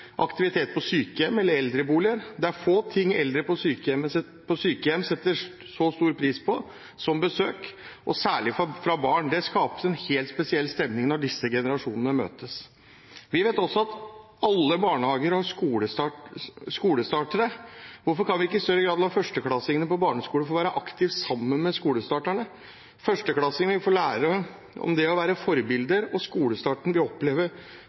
aktivitet på sykehjem eller i eldreboliger. Det er få ting eldre på sykehjem setter så stor pris på som besøk, og særlig fra barn. Det skapes en helt spesiell stemning når disse generasjonene møtes. Vi vet også at alle barnehager har skolestartere. Hvorfor kan vi ikke i større grad la førsteklassingene på barneskolen få være aktive sammen med skolestarterne? Førsteklassingene vil få lære om det å være forbilder, og skolestarterne vil oppleve